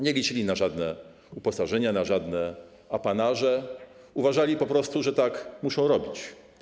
Nie liczyli na żadne uposażenia, żadne apanaże, uważali po prostu, że tak muszą robić.